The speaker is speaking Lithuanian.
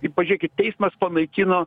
i pažėkit teismas panaikino